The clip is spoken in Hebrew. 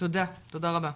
תודה רבה.